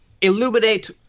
illuminate